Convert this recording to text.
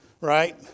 right